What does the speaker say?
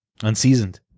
unseasoned